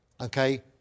okay